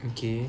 okay